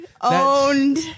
Owned